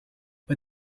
but